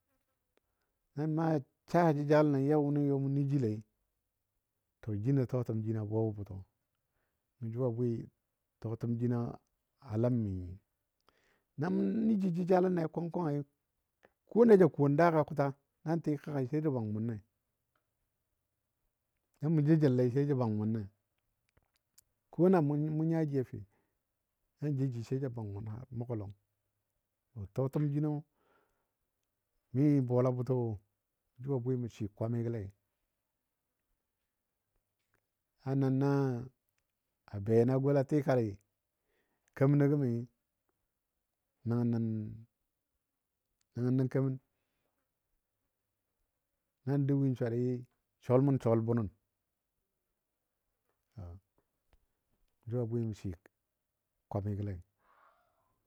Na maa saa jəjalənɔ ya wʊni yɔ mu nə jile, to jino tɔɔtəm jino a buwabɔ bʊtɔ. Jʊ a bwi tɔɔtəm jino a ləmi nyi. Na mʊ nə ji jəjalənle kwang kwangi. Ko na ja kon daaga kʊta nan tɨ kəgai sai jə bwang munle, na mʊ jou jəllei sai jə bwang munle. Ko na mou nya ji a fe nan jou ji sai ja bwang munle har mʊgɔ lɔng. Tɔɔtəm jino mi bola bʊtɔ wo jʊ a bwi mə swɨ kwamigɔlei. A na na a be na gola tikali kemənɔ gəmi, nəngnə kemən nan dou win swari sɔl mun sɔl bʊnən. Jʊ a bwi mə swɨ kwamigɔlei.